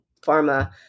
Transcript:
pharma